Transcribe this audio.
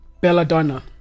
belladonna